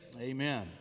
amen